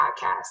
podcast